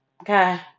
Okay